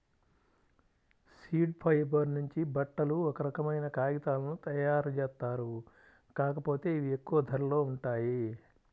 seed fibre నుంచి బట్టలు, ఒక రకమైన కాగితాలను తయ్యారుజేత్తారు, కాకపోతే ఇవి ఎక్కువ ధరలో ఉంటాయి